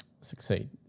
succeed